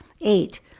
Eight